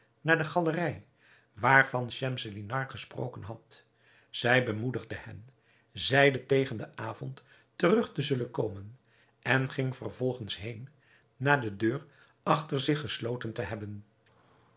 naar de galerij waarvan schemselnihar gesproken had zij bemoedigde hen zeide tegen den avond terug te zullen komen en ging vervolgens heên na de deur achter zich gesloten te hebben